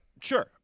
sure